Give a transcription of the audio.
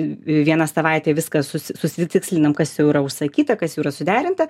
vieną savaitę viskas susi susitikslinam kas jau yra užsakyta kas jau yra suderinta